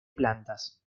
plantas